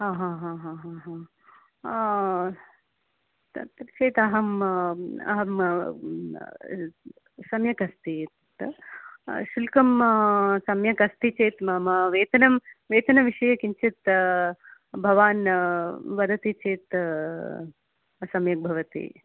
हा हा हा तत्र चेत् अहं अहं सम्यक् अस्ति तत् शुल्कम् सम्यक् अस्ति चेत् मम वेतनं वेतनविषये किञ्चित् भवान् वदति चेत् सम्यक् भवति